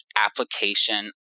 application